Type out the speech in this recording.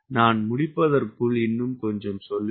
நான் முடிப்பதற்க்குள் இன்னும் கொஞ்சம் சொல்லுவேன்